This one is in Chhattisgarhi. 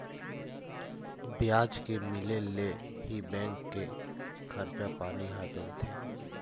बियाज के मिले ले ही बेंक के खरचा पानी ह चलथे